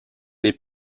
les